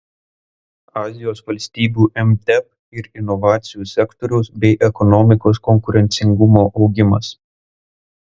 azijos valstybių mtep ir inovacijų sektoriaus bei ekonomikos konkurencingumo augimas